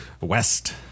West